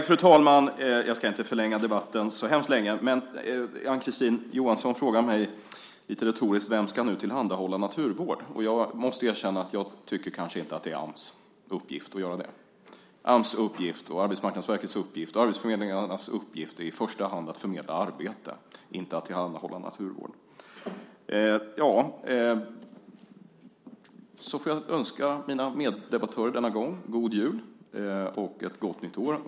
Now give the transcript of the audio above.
Fru talman! Jag ska inte förlänga debatten så hemskt mycket. Ann-Kristine Johansson frågade lite retoriskt vem som nu ska tillhandahålla naturvård. Jag måste erkänna att jag kanske inte tycker att det är Ams uppgift att göra det. Ams uppgift, Arbetsmarknadsverkets uppgift och arbetsförmedlingarnas uppgift är i första hand att förmedla arbete, inte att tillhandahålla naturvård. Denna gång får jag tillönska mina meddebattörer en god jul och ett gott nytt år.